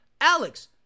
Alex